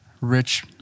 Rich